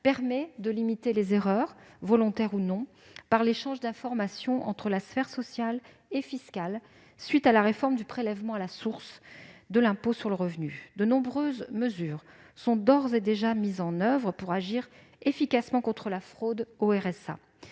-permet de limiter les erreurs, volontaires ou non, par l'échange d'informations entre les sphères sociale et fiscale, à la suite de la réforme du prélèvement à la source de l'impôt sur le revenu. De nombreuses mesures sont d'ores et déjà mises en oeuvre, pour agir efficacement contre la fraude au RSA.